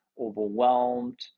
overwhelmed